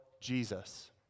Jesus